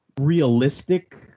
realistic